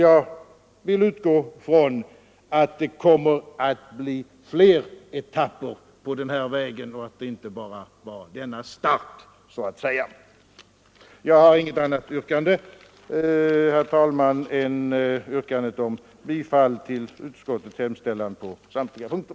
Jag utgår från att det kommer att bli fler etapper på denna väg och att det inte bara är fråga om denna start så att säga. Jag har inget annat yrkande, herr talman, än om bifall till utskottets hemställan på samtliga punkter.